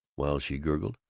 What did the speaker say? while she gurgled,